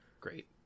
Great